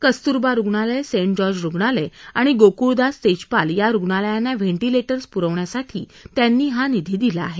कस्तूरबा रुग्णालय saint George आणि गोकुळदास तेजपाल या रुग्णालयांना व्हेंटिलेटर्स पुरवण्यासाठी त्यांनी हा निधी दिला आहे